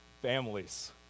families